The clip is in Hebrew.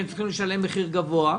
והם צריכים לשלם מחיר גבוה.